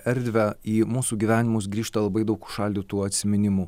erdvę į mūsų gyvenimus grįžta labai daug užšaldytų atsiminimų